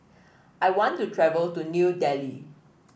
I want to travel to New Delhi